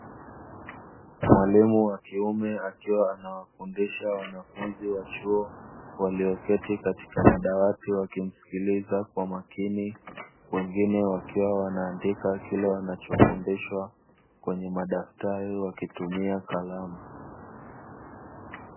Mwalimu wa kiume akiwa anawafundisha wanafunzi wa chuo walioketi katika madawati wakimsikiliza kwa makini, wengine wakiwa wanaandika kile wanachofundishwa kwenye madaftari wakitumia kalamu.